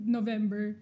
November